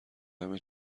همه